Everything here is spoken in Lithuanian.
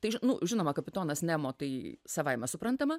tai nu žinoma kapitonas nemo tai savaime suprantama